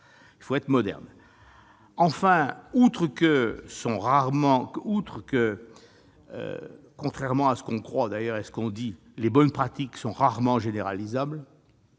il faut être moderne ! En outre, contrairement à ce qu'on croit et à ce qu'on dit, les bonnes pratiques sont rarement généralisables